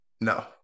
No